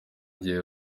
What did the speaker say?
gihe